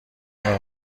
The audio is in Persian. اون